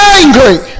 angry